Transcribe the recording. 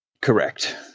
correct